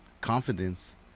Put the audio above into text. confidence